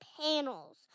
panels